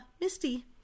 misty